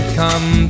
come